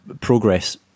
progress